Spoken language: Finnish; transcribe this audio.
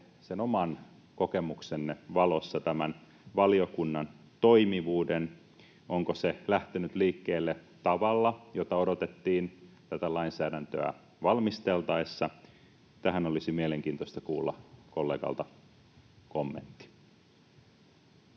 oman kokemuksenne valossa tämän valiokunnan toimivuuden? Onko se lähtenyt liikkeelle tavalla, jota odotettiin tätä lainsäädäntöä valmisteltaessa? Tähän olisi mielenkiintoista kuulla kollegalta kommentti.